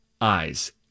eyes